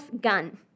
gun